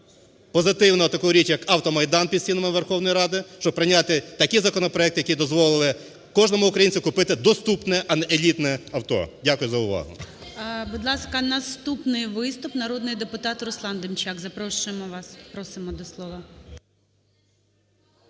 позитивну таку річ як "Автомайдан" під стінами Верховної Ради, щоб прийняти такі законопроекти, які дозволили б кожному українцю купити доступне, а не елітне авто. Дякую за увагу. ГОЛОВУЮЧИЙ. Будь ласка, наступний виступ. Народний депутат Руслан Демчак, запрошуємо вас, просимо до слова.